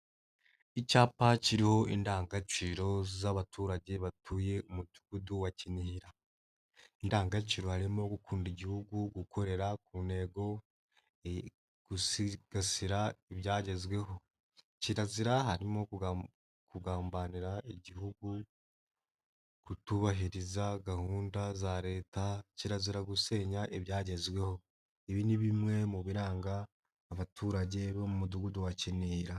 Icyapa kiriho indangagaciro z'abaturage batuye umudugudu wa kinihira. Indangagaciro harimo gukunda igihugu, gukorera ku ntego, gusigasira ibyagezweho. Kirazira harimo kugambanira igihugu, kutubahiriza gahunda za leta, kirazira gusenya ibyagezweho. Ibi ni bimwe mu biranga abaturage bo mu mudugudu wa kinihira.